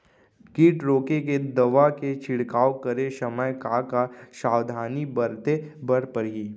किट रोके के दवा के छिड़काव करे समय, का का सावधानी बरते बर परही?